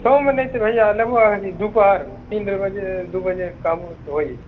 सोममे नहि छै भैया लेबहो अथि दुपहर तीन बजे दू बजे कहबो तऽ होइ जेतै